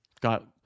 got